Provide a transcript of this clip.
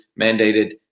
mandated